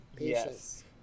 yes